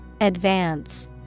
Advance